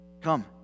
come